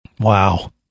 Wow